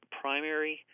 primary